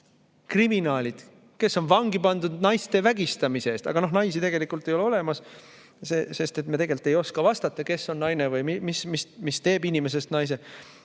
kriminaalid, kes on vangi pandud naiste vägistamise eest – aga noh, naisi tegelikult ei ole olemas, sest me ei oska vastata, kes on naine või mis teeb inimesest naise